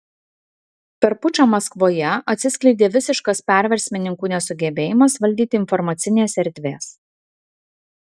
per pučą maskvoje atsiskleidė visiškas perversmininkų nesugebėjimas valdyti informacinės erdvės